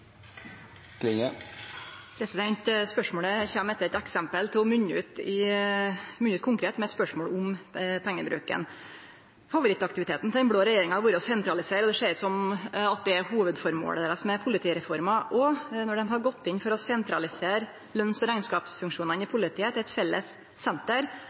Spørsmålet kjem til – etter eit eksempel – å munne ut i eit konkret spørsmål om pengebruken. Favorittaktiviteten til den blå regjeringa har vore å sentralisere, og det ser ut som at det er hovudføremålet deira med politireforma. Og då dei gjekk inn for å sentralisere løns- og rekneskapsfunksjonane i politiet til eit felles senter,